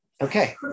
Okay